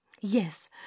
Yes